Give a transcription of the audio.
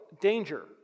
danger